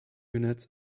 units